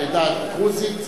העדה הדרוזית,